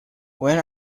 when